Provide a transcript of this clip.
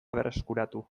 berreskuratu